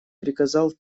приказал